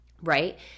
right